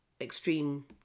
extreme